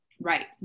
right